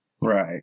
Right